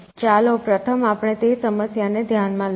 ચાલો પ્રથમ આપણે તે સમસ્યાને ધ્યાનમાં લઈએ